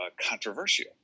controversial